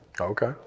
Okay